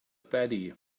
batty